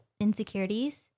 insecurities